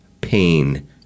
pain